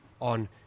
on